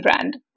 brand